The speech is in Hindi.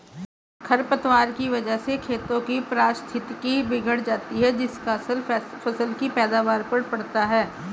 खरपतवार की वजह से खेतों की पारिस्थितिकी बिगड़ जाती है जिसका असर फसल की पैदावार पर पड़ता है